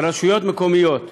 שרשויות מקומיות